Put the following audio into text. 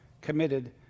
committed